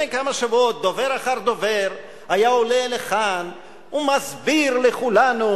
לפני כמה שבועות דובר אחר דובר היה עולה לכאן ומסביר לכולנו,